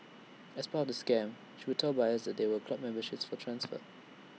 as part of the scam she would tell buyers that there were club memberships for transfer